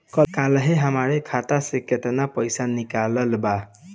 काल्हे हमार खाता से केतना पैसा निकलल बा?